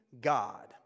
God